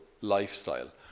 lifestyle